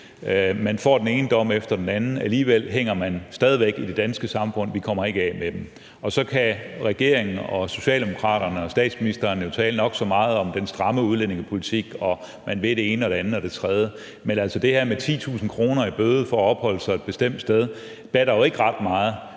de får den ene dom efter den anden, og alligevel hænger de stadig fast i det danske samfund; vi kommer ikke af med dem. Og så kan regeringen og statsministeren og Socialdemokraterne jo tale nok så meget om den stramme udlændingepolitik og om, at man vil det ene og det andet og det tredje. Men det her med at få 10.000 kr. i bøde for at opholde sig et bestemt sted batter jo ikke ret meget,